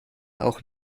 auch